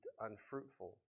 unfruitful